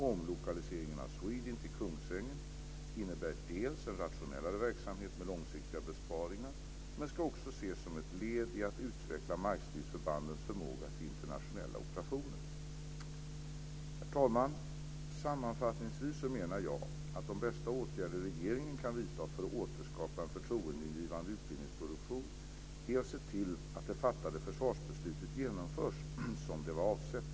Omlokaliseringen av SWEDINT till Kungsängen innebär en rationellare verksamhet med långsiktiga besparingar, men ska också ses som ett led i att utveckla markstridsförbandens förmåga till internationella operationer. Herr talman! Sammanfattningsvis så menar jag att de bästa åtgärder regeringen kan vidta för att återskapa en förtroendeingivande utbildningsproduktion är att se till att det fattade försvarsbeslutet genomförs som det var avsett.